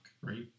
right